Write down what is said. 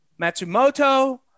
Matsumoto